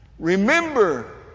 Remember